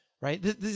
right